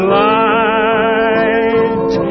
light